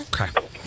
Okay